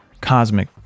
cosmic